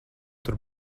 tur